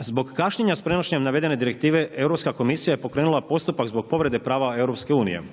Zbog kašnjenja s prenošenjem navedene direktive Europska komisija je pokrenula postupak zbog povrede prava EU-a,